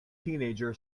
teenager